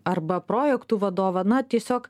arba projektų vadovą na tiesiog